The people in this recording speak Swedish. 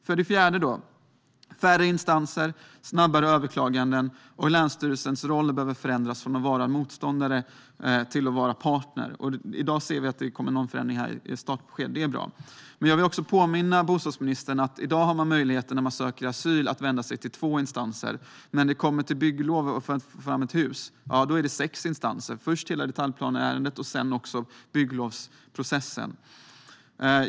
För det fjärde: Det behöver vara färre instanser och snabbare överklaganden, och länsstyrelsens roll behöver förändras från att vara motståndare till att vara partner. I dag ser vi att det kommer någon förändring när det gäller startbesked, och det är bra. Jag vill också påminna bostadsministern om att när man söker asyl i dag har man möjlighet att vända sig till två instanser. Men när det handlar om bygglov för hus är det fråga om sex instanser. Först är det hela detaljplaneärendet och sedan bygglovsprocessen.